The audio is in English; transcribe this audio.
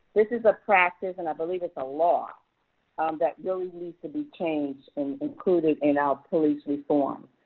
this is a practice and i believe it's a law um that really needs to be changed, and included in our police reform.